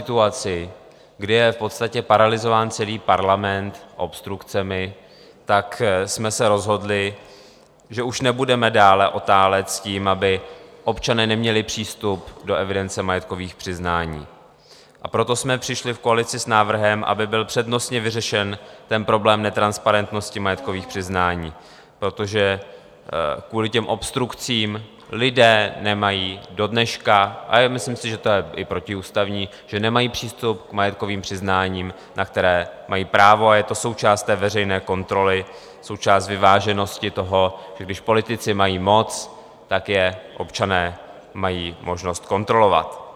V takovéto situaci, kdy je v podstatě paralyzován celý Parlament obstrukcemi, jsme se rozhodli, že už nebudeme dále otálet s tím, aby občané neměli přístup do evidence majetkových přiznání, a proto jsme přišli v koalici s návrhem, aby byl přednostně vyřešen problém netransparentnosti majetkových přiznání, protože kvůli těm obstrukcím lidé nemají dodneška a myslím si, že to je i protiústavní že nemají přístup k majetkovým přiznáním, na který mají právo, a je to součást veřejné kontroly, součást vyváženosti toho, když politici mají moc, tak je občané mají možnost kontrolovat.